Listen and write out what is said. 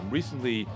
recently